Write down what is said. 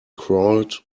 crawled